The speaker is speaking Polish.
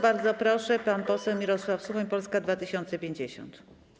Bardzo proszę, pan poseł Mirosław Suchoń, Polska 2050.